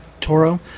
Toro